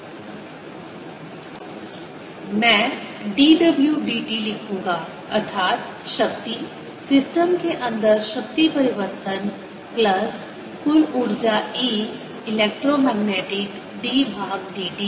dWdt B220dV 120E2dV dS 10 मैं dw dt लिखूंगा अर्थात शक्ति - सिस्टम के अंदर शक्ति परिवर्तन प्लस कुल ऊर्जा E इलेक्ट्रो मैग्नेटिक d भाग dt